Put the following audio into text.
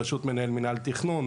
בראשות מנהל מינהל תכנון,